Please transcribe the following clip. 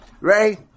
Ray